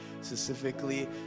Specifically